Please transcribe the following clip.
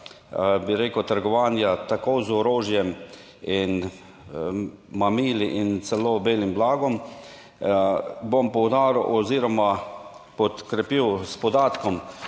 bi rekel, trgovanja tako z orožjem in mamili in celo belim blagom. Bom poudaril oziroma podkrepil s podatkom,